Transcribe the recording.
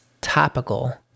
topical